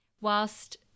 Whilst